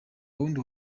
wundi